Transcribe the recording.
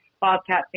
Bobcat